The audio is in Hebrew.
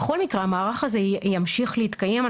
בכל מקרה המערך הזה ימשיך להתקיים.